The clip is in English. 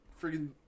freaking